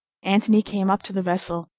antony came up to the vessel,